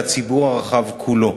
והציבור הרחב כולו.